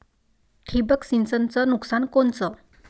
ठिबक सिंचनचं नुकसान कोनचं?